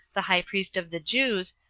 the high priest of the jews,